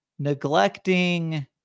neglecting